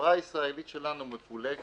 החברה הישראלית שלנו מפולגת,